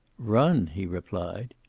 run! he replied.